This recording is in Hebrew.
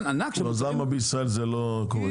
אז למה בישראל זה לא קורה?